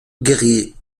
guerriers